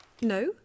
No